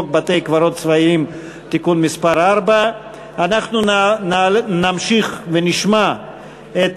חוק בתי-קברות צבאיים (תיקון מס' 4). אנחנו נמשיך ונשמע את